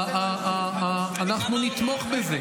אנחנו נתמוך בזה.